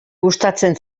gustatzen